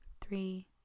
three